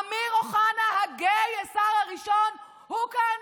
אמיר אוחנה, הגיי, השר הראשון, הוא כהניסט?